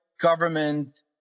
government